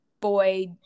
boy